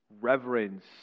reverence